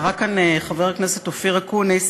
קרא כאן חבר הכנסת אופיר אקוניס